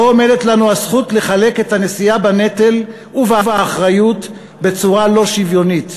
לא עומדת לנו הזכות לחלק את הנשיאה בנטל ובאחריות בצורה לא שוויונית.